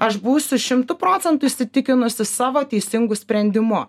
aš būsiu šimtu procentų įsitikinusi savo teisingu sprendimu